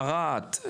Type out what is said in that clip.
ערד,